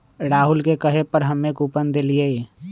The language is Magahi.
राहुल के कहे पर हम्मे कूपन देलीयी